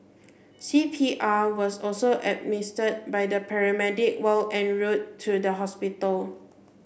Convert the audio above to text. C P R was also administered by the paramedic while en route to the hospital